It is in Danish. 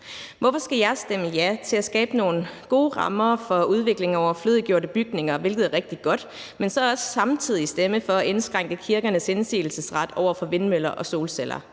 Hvorfor skal jeg stemme ja til at skabe nogle gode rammer for udvikling af overflødiggjorte bygninger, hvilket er rigtig godt, men så samtidig også stemme for at indskrænke kirkernes indsigelsesret over for vindmøller og solceller?